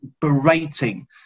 berating